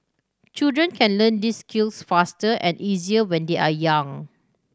children can learn these skills faster and easier when they are young